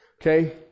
Okay